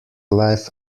life